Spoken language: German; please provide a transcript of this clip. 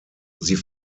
sie